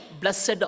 Blessed